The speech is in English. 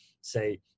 say